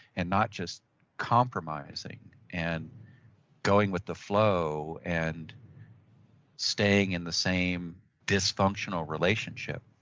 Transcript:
and not just compromising and going with the flow and staying in the same dysfunctional relationship,